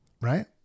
right